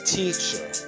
teacher